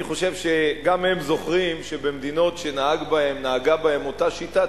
אני חושב שגם הם זוכרים שבמדינות שנהגה בהם אותה שיטה,